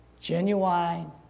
genuine